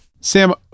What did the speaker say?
Sam